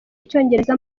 icyongereza